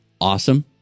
awesome